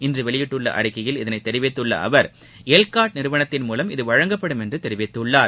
இன்று வெளியிட்டுள்ள அறிக்கையில் இதனைத் தெரிவித்துள்ள அவர் எல்காட் நிறுவனத்தின் மூலம் இது வழங்கப்படும் என்று தெரிவித்துள்ளார்